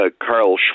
Carl